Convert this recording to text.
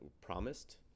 promised